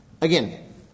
Again